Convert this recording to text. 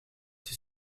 ces